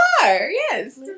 yes